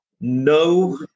No